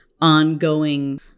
ongoing